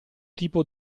tipo